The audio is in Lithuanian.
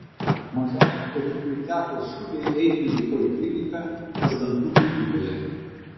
mažajam tomukui teko skubiai eiti į polikliniką pas dantų gydytoją